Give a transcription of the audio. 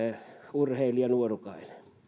urheilijanuorukainen